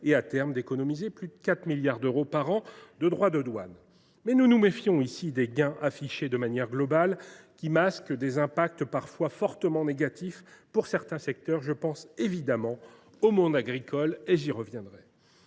et, à terme, d’économiser chaque année plus de 4 milliards d’euros de droits de douane. Ici, toutefois, nous nous méfions des gains affichés de manière globale, qui masquent des impacts parfois fortement négatifs pour certains secteurs. Je pense évidemment au monde agricole, sur lequel je reviendrai.